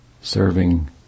serving